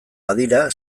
badira